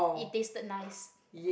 it tasted nice